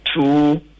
two